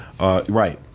Right